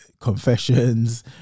confessions